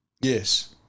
Yes